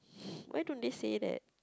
why don't they say that